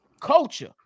Culture